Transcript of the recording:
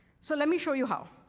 so let me show you how.